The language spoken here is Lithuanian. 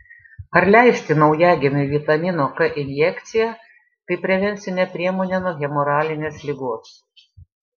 ar leisti naujagimiui vitamino k injekciją kaip prevencinę priemonę nuo hemoraginės ligos